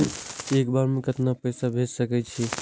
एक बार में केतना पैसा भेज सके छी?